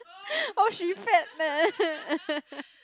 oh she fat meh